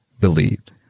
believed